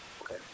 Okay